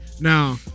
Now